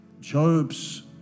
Job's